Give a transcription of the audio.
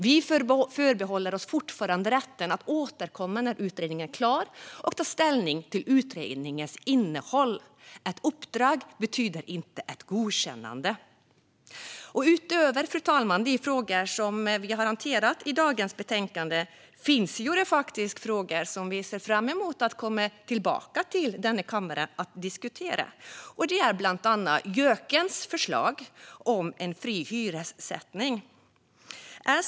Vi förbehåller oss fortfarande rätten att återkomma när utredningen är klar och ta ställning till utredningens innehåll. Ett uppdrag betyder inte ett godkännande. Fru talman! Utöver de frågor vi har hanterat i dagens betänkande finns frågor som vi ser fram emot att återkomma till i kammaren. Det gäller bland annat JÖK:ens förslag om en fri hyressättning.